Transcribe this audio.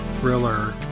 Thriller